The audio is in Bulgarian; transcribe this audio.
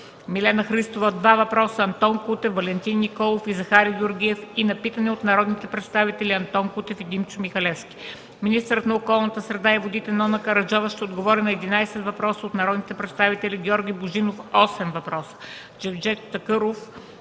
Милена Христова - два въпроса, Антон Кутев, Валентин Николов и Захари Георгиев, и на питане от народните представители Антон Кутев и Димчо Михалевски; - министърът на околната среда и водите Нона Караджова ще отговори на 11 въпроса от народните представители Георги Божинов - осем въпроса, Джевдет Чакъров,